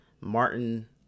Martin